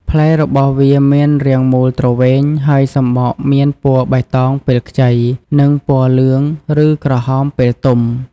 ផ្លែរបស់វាមានរាងមូលទ្រវែង ហើយសម្បកមានពណ៌បៃតងពេលខ្ចី និងពណ៌លឿងឬក្រហមពេលទុំ។